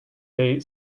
date